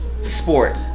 sport